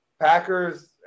Packers